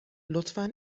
لطفا